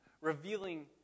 revealing